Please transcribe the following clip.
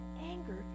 anger